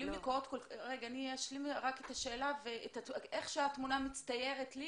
אני אציג איך שהתמונה מצטיירת לי